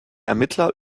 ermittler